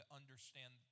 understand